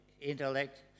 intellect